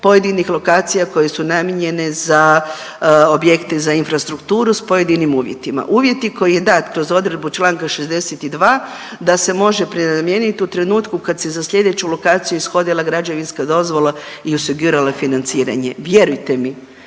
pojedinih lokacija koje su namijenjene za objekte za infrastrukturu s pojedinim uvjetima. Uvjeti koji je dat kroz odredbu čl. 62. da se može prenamijenit u trenutku kad se za slijedeću lokaciju ishodila građevinska dozvola i osiguralo financiranje. Vjerujte mi